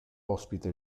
ospita